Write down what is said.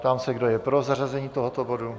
Ptám se, kdo je pro zařazení tohoto bodu.